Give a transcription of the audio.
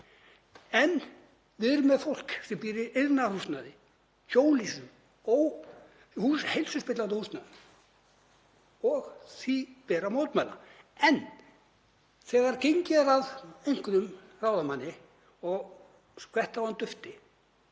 En við erum með fólk sem býr í iðnaðarhúsnæði, hjólhýsum og heilsuspillandi húsnæði og því ber að mótmæla. En þegar gengið er að einhverjum ráðamanni og skvett á hann dufti,